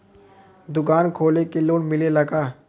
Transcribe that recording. दुकान खोले के लोन मिलेला का?